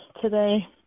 today